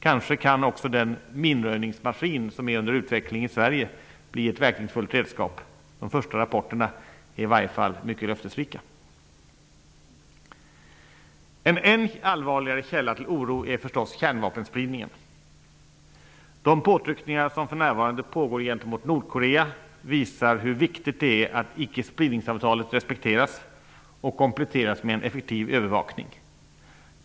Kanske kan också den minröjningsmaskin som är under utveckling i Sverige bli ett verkningsfullt redskap. De första rapporterna är i varje fall mycket löftesrika. En än allvarligare källa till oro är förstås kärnvapenspridningen. De påtryckningar som för närvarande pågår gentemot Nordkorea visar hur viktigt det är att icke-spridningsavtalet respekteras och kompletteras med en effektiv övervakning.